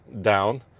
down